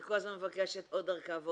היא כל הזמן מבקשת עוד ערכאה וערכאה,